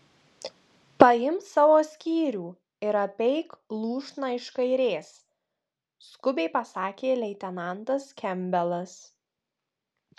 paimk savo skyrių ir apeik lūšną iš kairės skubiai pasakė leitenantas kempbelas